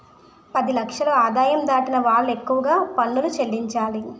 పది లక్షల ఆదాయం దాటిన వాళ్లు ఎక్కువగా పనులు చెల్లించాలి